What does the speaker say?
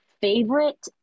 favorite